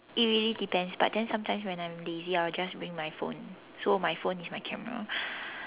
it really depends but then sometimes when I'm lazy I will just bring my phone so my phone is my camera